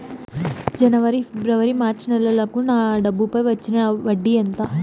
జనవరి, ఫిబ్రవరి, మార్చ్ నెలలకు నా డబ్బుపై వచ్చిన వడ్డీ ఎంత